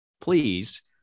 please